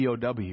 POW